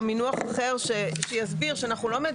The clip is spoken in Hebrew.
בקדנציה האחרונה באמת היה עדיף שלא.